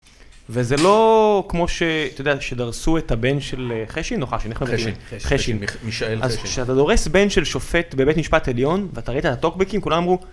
וזה לא כמו שאתה יודע שדרסו את הבן של חשין, או חשין? חשין. מישאל חשין. אז כשאתה דורס בן של שופט בבית משפט עליון ואתה ראית את הטוקבקים כולם אמרו